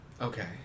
okay